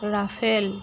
rafael